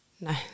no